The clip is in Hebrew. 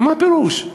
מה הפירוש?